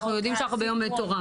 אנחנו יודעים שאנחנו ביום מטורף.